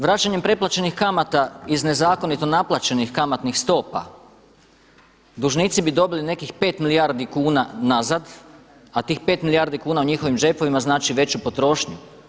Vraćanjem preplaćenih kamata iz nezakonito naplaćenih kamatnih stopa dužnici bi dobili nekih pet milijardi kuna nazad, a tih pet milijardi kuna u njihovim džepovima znači veću potrošnju.